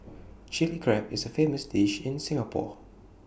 Chilli Crab is A famous dish in Singapore